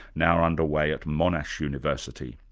now under way at monash university.